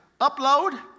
upload